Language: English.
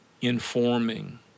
informing